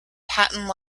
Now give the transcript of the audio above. patent